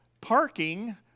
parking